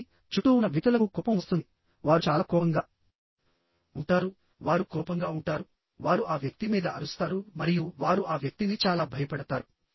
కాబట్టి చుట్టూ ఉన్న వ్యక్తులకు కోపం వస్తుంది వారు చాలా కోపంగా ఉంటారు వారు కోపంగా ఉంటారు వారు ఆ వ్యక్తి మీద అరుస్తారు మరియు వారు ఆ వ్యక్తిని చాలా భయపెడతారు